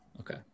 Okay